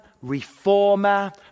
reformer